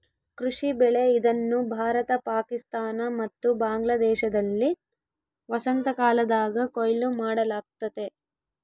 ಕೃಷಿ ಬೆಳೆ ಇದನ್ನು ಭಾರತ ಪಾಕಿಸ್ತಾನ ಮತ್ತು ಬಾಂಗ್ಲಾದೇಶದಲ್ಲಿ ವಸಂತಕಾಲದಾಗ ಕೊಯ್ಲು ಮಾಡಲಾಗ್ತತೆ